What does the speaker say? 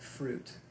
fruit